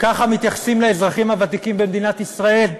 ככה מתייחסים לאזרחים הוותיקים במדינת ישראל?